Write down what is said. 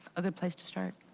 a good place to start.